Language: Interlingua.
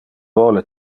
vole